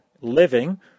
living